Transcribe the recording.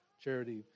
Charity